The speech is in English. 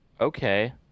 okay